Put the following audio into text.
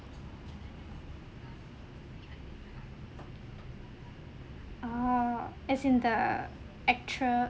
ah as in the actre~